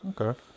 okay